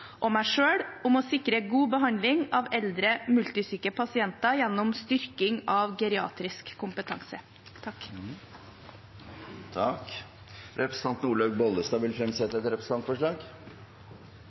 og meg selv om å sikre god behandling av eldre, multisyke pasienter gjennom styrking av geriatrisk kompetanse. Representanten Olaug V. Bollestad vil fremsette